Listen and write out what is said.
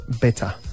better